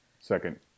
second